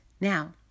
Now